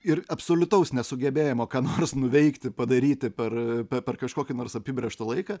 ir absoliutaus nesugebėjimo ką nors nuveikti padaryti per per kažkokį nors apibrėžtą laiką